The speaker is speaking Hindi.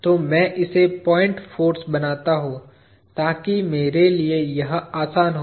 तो मैं इसे पॉइंट फाॅर्स बनाता हूं ताकि मेरे लिए यह आसान हो